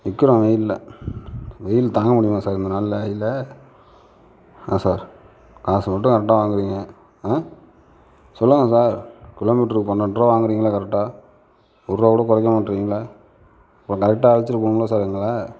நிற்கிறோம் வெயில்ல வெயில் தாங்க முடியுமா சார் இந்த நாள்ல இல்லை ஏன் சார் காசு மட்டும் கரெக்டாக வாங்குறீங்க சொல்லுங்கள் சார் கிலோமீட்டருக்கு பன்னெண்டுரூபா வாங்குறீங்கல்ல கரெக்டாக ஒரூபா கூட குறைக்க மாட்றீங்கல்ல அப்போ கரெக்டாக அழைச்சிட்டு போகணும்ல சார் எங்களை